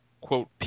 quote